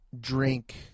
drink